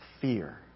Fear